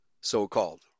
so-called